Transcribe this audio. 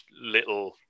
little